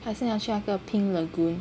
还是你要去那个 pink lagoon